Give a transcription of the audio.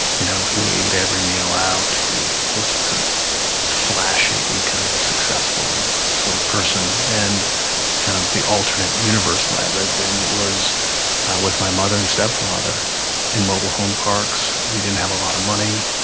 you know, he ate every meal out. he was kind of flashy, he kind of a successful sort of person. and kind of the alternate universe that i lived in was with my mother and stepfather in mobile home parks. we didn't have a lot of money.